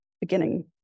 beginning